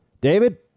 David